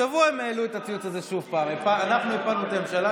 השבוע הם העלו את הציוץ הזה עוד פעם: אנחנו הפלנו את הממשלה,